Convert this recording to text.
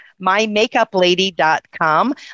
MyMakeuplady.com